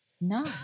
no